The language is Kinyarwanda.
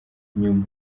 inyuma